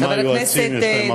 היועצים שם,